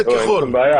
אין שום בעיה,